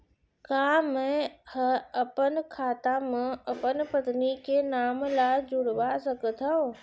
का मैं ह अपन खाता म अपन पत्नी के नाम ला जुड़वा सकथव?